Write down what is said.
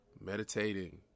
meditating